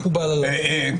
מקובל עליי.